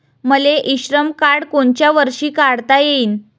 मले e Shram card कोनच्या वर्षी काढता येईन?